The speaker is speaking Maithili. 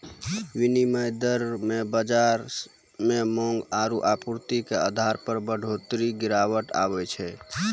विनिमय दर मे बाजार मे मांग आरू आपूर्ति के आधार पर बढ़ोतरी गिरावट आवै छै